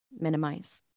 minimize